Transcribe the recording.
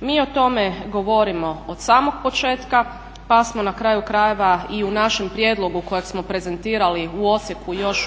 Mi o tome govorimo od samog početka pa smo na kraju krajeva i u našem prijedlogu kojeg smo prezentirali u Osijeku još